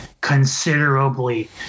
considerably